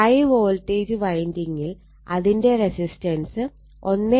high voltage വൈൻഡിങ്ങിൽ അതിന്റെ resistance 1